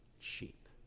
cheap